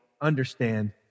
understand